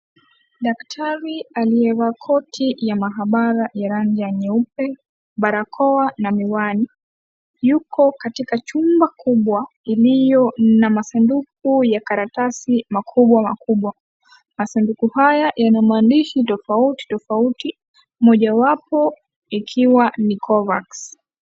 Daktari aliyevaa koti ya maabara ya rangi nyeupe, barakoa na miwani yuko katika chumba kubwa iliyo na masanduku ya karatasi makubwa makubwa masanduku haya yana maandishi tofauti tofauti mojawapo ikiwa ni Covax.